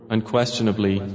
Unquestionably